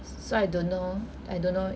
so I don't know I don't know